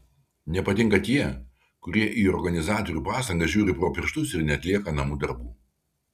nepatinka tie kurie į organizatorių pastangas žiūri pro pirštus ir neatlieka namų darbų